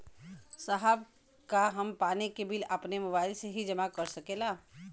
साहब का हम पानी के बिल अपने मोबाइल से ही जमा कर सकेला?